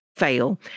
Fail